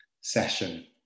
session